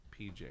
PJ